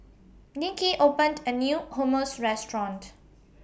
Nikki opened A New Hummus Restaurant